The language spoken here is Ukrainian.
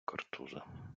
картуза